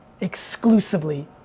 exclusively